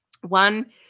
one